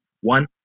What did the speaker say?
one